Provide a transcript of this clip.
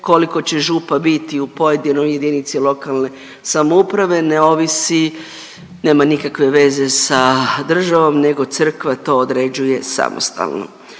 koliko će župa biti u pojedinoj JLS ne ovisi, nema nikakve veze sa državom nego crkva to određuje samostalno.